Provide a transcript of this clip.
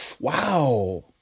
Wow